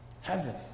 heaven